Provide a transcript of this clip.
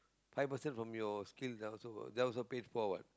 five percent from your skill also that one also paid for what